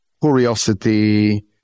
curiosity